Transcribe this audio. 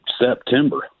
September